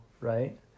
right